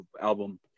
album